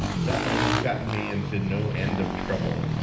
that one has gotten me into no end of trouble.